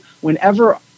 whenever